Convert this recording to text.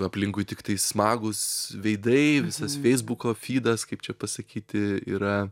aplinkui tiktai smagūs veidai visas feisbuko fydas kaip čia pasakyti yra